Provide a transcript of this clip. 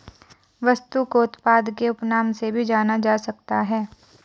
वस्तु को उत्पाद के उपनाम से भी जाना जा सकता है